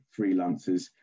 freelancers